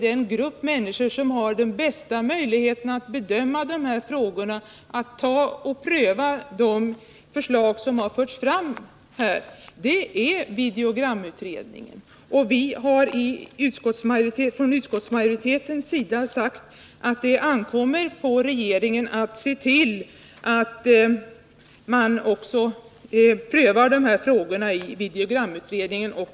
Den grupp människor som har de bästa möjligheterna att bedöma de här frågorna och pröva de förslag som förts fram är videogramutredningen. Utskottsmajoriteten har sagt att det bör ankomma på regeringen att se till att man också prövar de här frågorna i videogramutredningen.